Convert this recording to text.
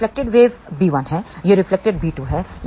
यह reflected wave b1 है यह रिफ्लेक्टेड b2 है